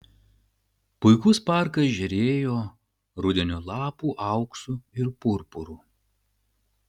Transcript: puikus parkas žėrėjo rudenio lapų auksu ir purpuru